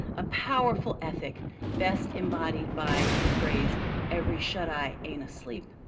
a powerful ethic best embodied by the phrase every shut eye ain't asleep,